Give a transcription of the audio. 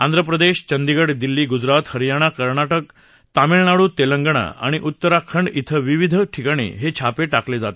आंध्र प्रदेश चंदीगढ़ दिल्ली गुजरात हरियाणा कर्नाटक तामिळनाडू तेलंगण आणि उत्तराखंड इथं विविध ठिकाणी हे छापे टाकले जात आहेत